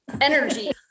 energy